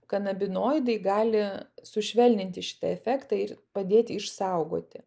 kanabinoidai gali sušvelninti šitą efektą ir padėti išsaugoti